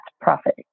Profit